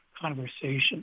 conversation